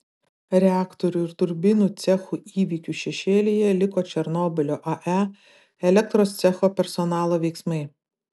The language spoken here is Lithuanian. reaktorių ir turbinų cechų įvykių šešėlyje liko černobylio ae elektros cecho personalo veiksmai